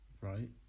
right